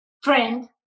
friend